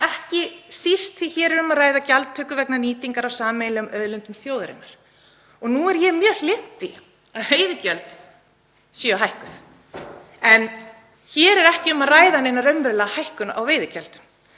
þess að hér er um að ræða gjaldtöku vegna nýtingar á sameiginlegum auðlindum þjóðarinnar. Nú er ég mjög hlynnt því að veiðigjöld séu hækkuð en hér er ekki um að ræða neina raunverulega hækkun á veiðigjaldinu